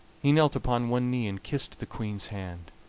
he knelt upon one knee and kissed the queen's hand.